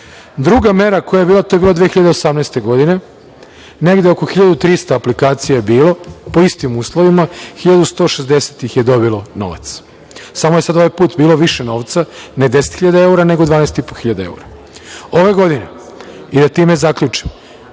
mera koja je bila, to je bilo 2018. godine, negde oko 1.300 aplikacije je bilo po istim uslovima, 1.160 ih je dobilo novac. Samo je sada ovaj put bilo više novca, ne 10 hiljada evra, nego 12,5 hiljada evra. Ove godine, i da time zaključim,